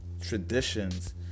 traditions